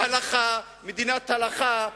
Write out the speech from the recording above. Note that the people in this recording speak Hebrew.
שרוצים מדינת הלכה,